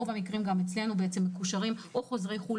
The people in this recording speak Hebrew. רוב המקרים גם אצלנו מקושרים לחו"ל